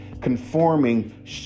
conforming